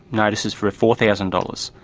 notices for four thousand dollars,